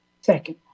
Second